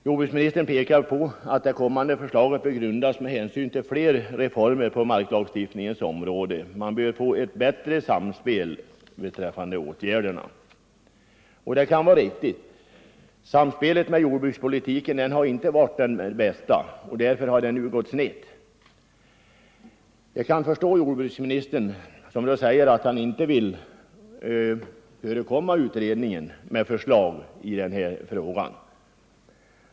Jordbruksministern pekar på att det kommande förslaget bör ta hänsyn till andra reformer som kan genomföras på marklagstiftningens område så att det blir ett bättre samspel mellan åtgärderna. Det kan vara riktigt. Samspelet inom jordbrukspolitiken har inte varit det bästa. Därför har det nu gått snett. Jag kan förstå jordbruksministern när han säger att han inte vill föregripa utredningen med förslag i denna fråga.